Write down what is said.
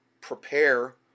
prepare